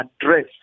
address